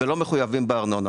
ולא מחויבים לארנונה.